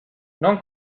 non